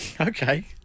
Okay